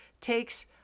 takes